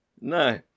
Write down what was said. No